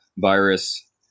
virus